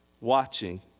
watching